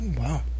wow